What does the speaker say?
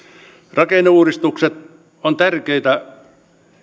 rakenneuudistukset ovat tärkeitä